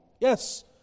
Yes